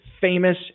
famous